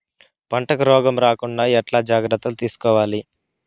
పంటకు రోగం రాకుండా ఎట్లా జాగ్రత్తలు తీసుకోవాలి?